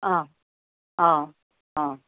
অ অ অ